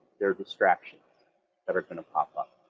there's distractions that are going to pop up.